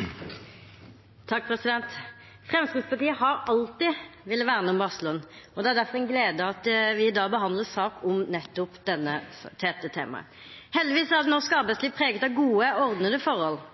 refererte til. Fremskrittspartiet har alltid villet verne om varsleren. Derfor er det en glede at vi i dag behandler sak om nettopp dette temaet. Heldigvis er norsk arbeidsliv preget av gode og ordnede forhold.